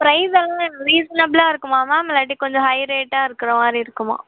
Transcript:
price எல்லாம் ரீசனபிலா இருக்குமா மேம் இல்லாட்டி கொஞ்சம் ஹை ரேட்டாக இருக்கிறமாரி இருக்குமா